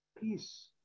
peace